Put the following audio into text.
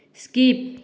skip